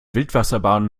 wildwasserbahn